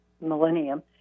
millennium